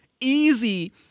easy